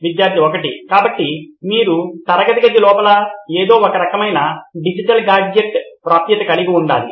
student 1 కాబట్టి మీరు తరగతి గది లోపల ఏదో ఒక రకమైన డిజిటల్ గాడ్జెట్కి ప్రాప్యత కలిగి ఉండాలి